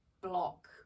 block